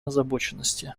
озабоченности